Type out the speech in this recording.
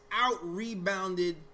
out-rebounded